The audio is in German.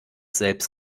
selbst